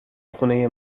خونه